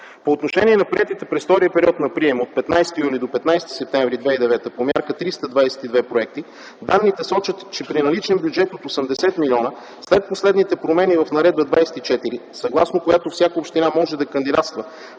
По отношение на приетите проекти през втория период на приема от 15 юни до 15 септември 2009 г. по Мярка 322, данните сочат, че при наличен бюджет от 80 милиона, след последните промени в Наредба № 24, съгласно която всяка община може да кандидатства,